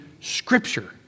Scripture